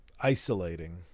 isolating